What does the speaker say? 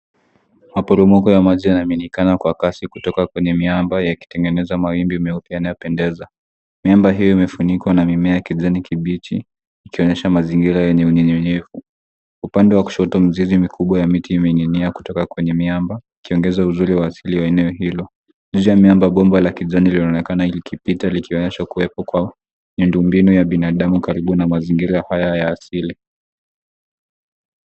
Maporomoko ya maji yanaminikana kwa kasi kutoka kwenye miamba yenye kutengeneza mawimbi meupe yanayopendeza. Miamba hii imefunikwa na mimea ya kijani kibichi ikionyesha mazingira yenye unyinginyivu. Upande kushoto, mizizi mikubwa ya miti imening'inia kutoka kwenye miamba likiongeza uzuri wa asili wa eneo hilo. Mizizi ya miamba bomba ya kijani yaonekana likipita ikionyesha kuwepo kwa miundo mbinu ya wanadamu karibu na mazingira haya ya kiasili.